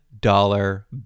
dollar